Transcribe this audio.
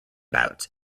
bouts